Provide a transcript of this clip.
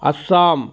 Assam